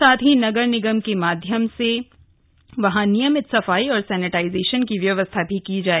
साथ ही नगर निगम के माध्यम से वहां नियमित सफाई और सैनेटाइजेशन की व्यवस्था की जाए